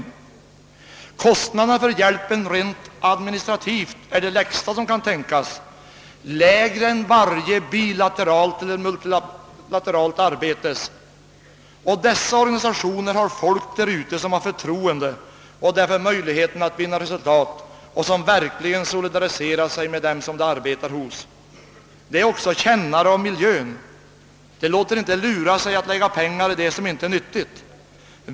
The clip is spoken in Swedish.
De administrativa kostnaderna för hjälpen är de lägsta tänkbara, lägre än kostnaderna för varje bilateralt eller multilateralt arbete. Dessa organisationer har folk i u-länderna som åtnjuter förtroende. De har möjligheter att nå resultat och de solidaliserar sig verkligen med dem de arbetar hos. De känner också miljön och låter inte lura sig att lägga pengar i något som inte är nyttigt.